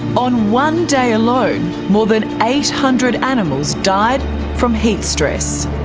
on one day alone, more than eight hundred animals died from heat stress.